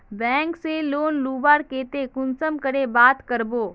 Bank से loan लुबार केते कुंसम करे बात करबो?